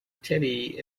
teddy